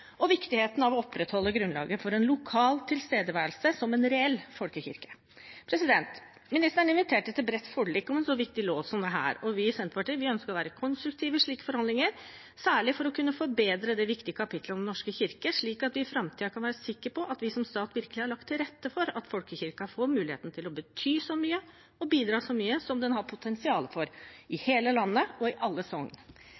og viktigheten av å opprettholde grunnlaget for en lokal tilstedeværelse som en reell folkekirke. Ministeren inviterte til et bredt forlik om en så viktig lov som dette, og vi i Senterpartiet ønsker å være konstruktive i slike forhandlinger, særlig for å kunne forbedre det viktige kapitlet om Den norske kirke, slik at vi i framtiden kan være sikre på at vi som stat virkelig har lagt til rette for at folkekirken får mulighet til å bety og bidra så mye som den har potensial for